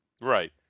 right